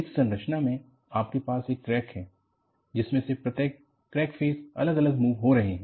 इस संरचना में आपके पास एक क्रैक है जिसमें से प्रत्येक कैक फेस अलग अलग मूव हो रहे हैं